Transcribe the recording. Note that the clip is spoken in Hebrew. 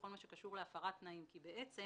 בכל מה שקשור להפרת תנאים כי בעצם